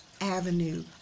avenue